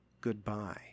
goodbye